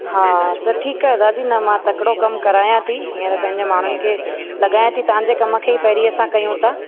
हा त ठीकु आहे दादी न मां तकिड़ो कम करायां थी हीअंर पंहिंजे माण्हुनि खे लगायां थी तव्हांजे कम खे ई पहिरीं असां कयूं था